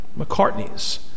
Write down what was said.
McCartney's